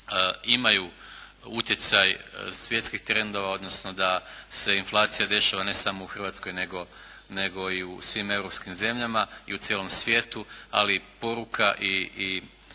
imaju utjecaj svjetskih trendova, odnosno da se inflacija dešava ne samo u Hrvatskoj nego i u svim europskim zemljama i u cijelom svijetu, ali poruka i